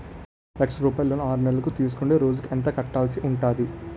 లక్ష రూపాయలు లోన్ ఆరునెలల కు తీసుకుంటే రోజుకి ఎంత కట్టాల్సి ఉంటాది?